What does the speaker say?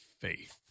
Faith